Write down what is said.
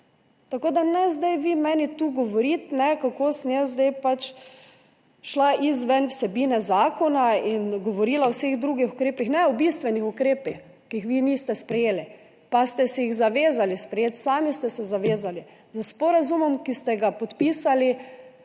tako da ne zdaj vi meni tu govoriti, kako sem jaz zdaj šla izven vsebine zakona in govorila o vseh drugih ukrepih! Ne, o bistvenih ukrepih, ki jih vi niste sprejeli, pa ste si jih zavezali sprejeti, sami ste se zavezali s sporazumom, ki ste ga podpisali